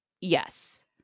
yes